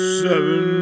seven